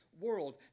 world